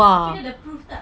tapi dia ada proof ke tak